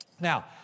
Now